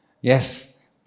Yes